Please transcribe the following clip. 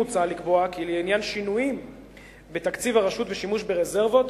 מוצע לקבוע כי לעניין שינויים בתקציב הרשות ושימוש ברזרבות,